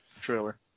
trailer